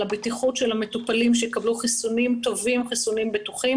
הבטיחות של המטופלים שיקבלו חיסונים טובים וחיסונים בטוחים